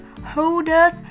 holders